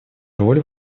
роль